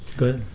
good.